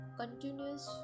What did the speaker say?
continuous